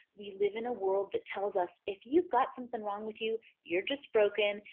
we live in a world that tells us if you've got something wrong with you you're just broken.